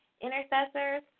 intercessors